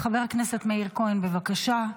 חבר הכנסת מאיר כהן, בבקשה,